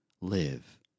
live